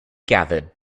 gathered